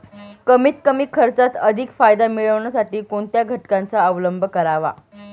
कमीत कमी खर्चात अधिक फायदा मिळविण्यासाठी कोणत्या घटकांचा अवलंब करावा?